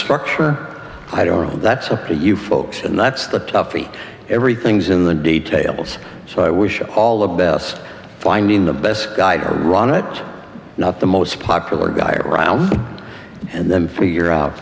structure i don't know that's up to you folks and that's the toughie everything's in the details so i wish all the best finding the best guide ronit not the most popular guy around and then figure out